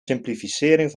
simplificering